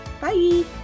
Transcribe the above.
Bye